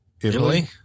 Italy